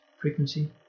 frequency